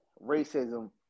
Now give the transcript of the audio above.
racism